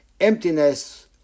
Emptiness